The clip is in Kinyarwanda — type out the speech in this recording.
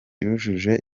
yujuje